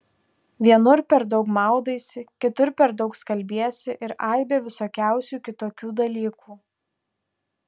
vienur per daug maudaisi kitur per daug skalbiesi ir aibę visokiausių kitokių dalykų